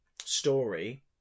story